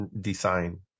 design